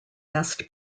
best